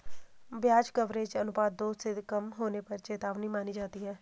ब्याज कवरेज अनुपात दो से कम होने पर चेतावनी मानी जाती है